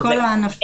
מכל הענפים.